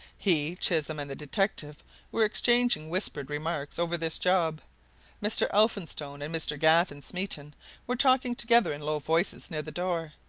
he, chisholm, and the detective were exchanging whispered remarks over this job mr. elphinstone and mr. gavin smeaton were talking together in low voices near the door.